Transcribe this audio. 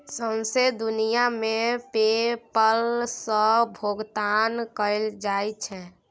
सौंसे दुनियाँ मे पे पल सँ भोगतान कएल जाइ छै